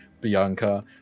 Bianca